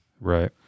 Right